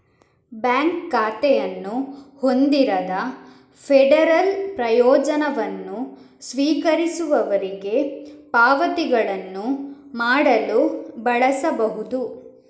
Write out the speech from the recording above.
bank ಖಾತೆಯನ್ನು ಹೊಂದಿರದ federal ಪ್ರಯೋಜನವನ್ನು ಸ್ವೀಕರಿಸುವವರಿಗೆ ಪಾವತಿಗಳನ್ನು ಮಾಡಲು ಬಳಸಬಹುದು